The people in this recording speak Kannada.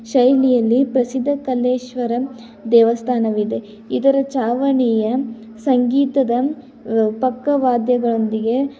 ಶೈಲಿಯಲ್ಲಿ ಪ್ರಸಿದ್ಧ ಕಲ್ಲೇಶ್ವರಮ್ ದೇವಸ್ಥಾನವಿದೆ ಇದರ ಛಾವಣಿಯ ಸಂಗೀತದ ಪಕ್ಕವಾದ್ಯಗಳೊಂದಿಗೆ